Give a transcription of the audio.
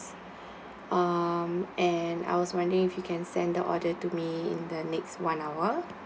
um and I was wondering if you can send the order to me in the next one hour